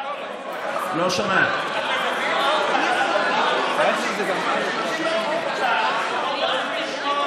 אתם מביאים החלת ריבונות לכנסת?